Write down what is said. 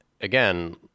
again